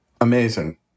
Amazing